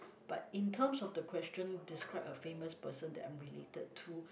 but in terms of the question describe a famous person that I'm related to